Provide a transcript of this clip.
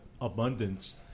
abundance